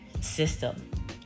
system